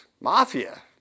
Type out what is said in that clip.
Mafia